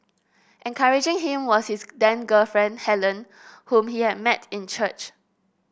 encouraging him was his then girlfriend Helen whom he had met in church